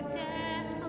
death